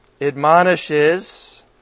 admonishes